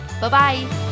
Bye-bye